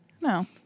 no